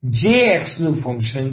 જે x નું function છે